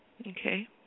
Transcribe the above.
Okay